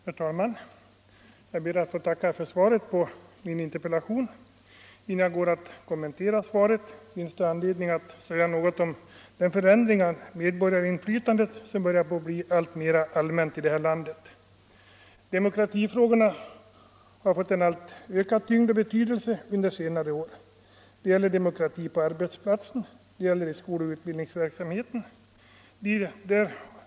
Herr talman! Jag ber att få tacka för svaret på min interpellation. för tvångsinlösen Innan jag går att kommentera svaret finns det anledning att säga nå — enligt fastighetsgonting om den förändring av medborgarinflytandet som börjar bli alltmer — bildningslagen allmän i det här landet. Demokratifrågorna har fått ökad tyngd och betydelse under senare år. Det gäller demokrati på arbetsplatsen och i utbildningsverksamheten.